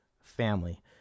family